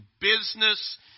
business